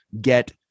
get